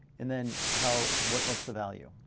and then how, what's what's the value?